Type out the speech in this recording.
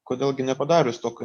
kodėl gi nepadarius to ką